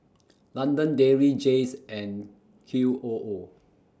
London Dairy Jays and Q O O